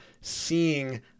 seeing